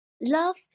love